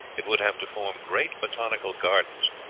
it would have to form great botanical gardens,